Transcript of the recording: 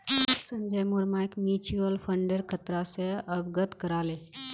संजय मोर मइक म्यूचुअल फंडेर खतरा स अवगत करा ले